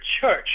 church